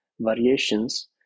variations